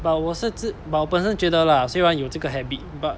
but 我是自 but 我本身觉得啦虽然有这个 habit but